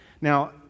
Now